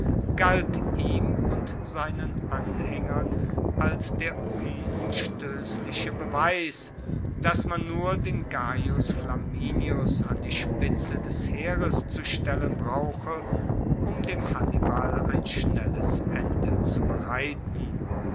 galt ihm und seinen anhaengern als der unumstoessliche beweis dass man nur den gaius flaminius an die spitze des heeres zu stellen brauche um dem hannibal ein schnelles ende zu bereiten